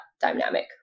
dynamic